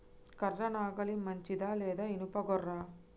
కర్ర నాగలి మంచిదా లేదా? ఇనుప గొర్ర?